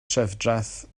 trefdraeth